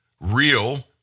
real